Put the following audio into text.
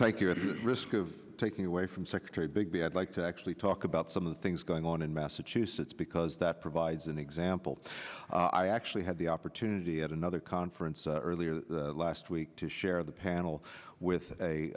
thank you at risk of taking away from secretary bigby i'd like to actually talk about some of the things going on in massachusetts because that provides an example i actually had the opportunity at another conference earlier last week to share the panel with a